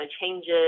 changes